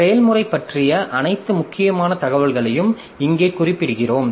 செயல்முறை பற்றிய அனைத்து முக்கியமான தகவல்களையும் இங்கே குறிப்பிடுகிறோம்